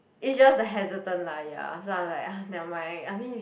it just the hesitant lah !aiya! so I am like ah never mind I mean